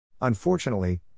Unfortunately